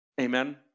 amen